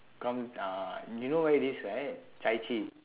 come uh you know where it is right chai chee